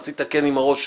עשית "כן" עם הראש.